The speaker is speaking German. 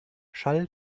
schall